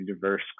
diverse